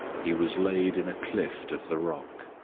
he was laid in a clift of the rock.